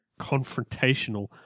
confrontational